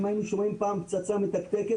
אם היינו שומעים פעם "פצצה מתקתקת",